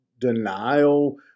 denial